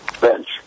bench